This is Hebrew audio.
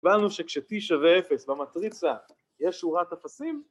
‫ראינו שכש-T שווה 0 במטריצה, ‫יש שורת אפסים